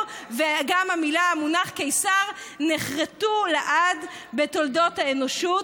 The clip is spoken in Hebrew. וגם המונח קיסר נחרטו לעד בתולדות האנושות.